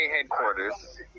headquarters